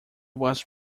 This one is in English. was